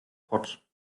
potch